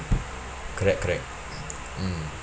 correct correct mm